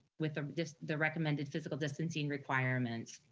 with the the recommended physical distancing requirements.